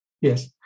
yes